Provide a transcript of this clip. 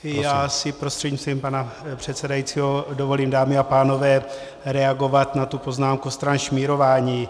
I já si prostřednictvím pana předsedajícího dovolím, dámy a pánové, reagovat na poznámku stran šmírování.